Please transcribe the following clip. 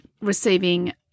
receiving